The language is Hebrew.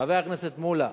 חבר הכנסת מולה,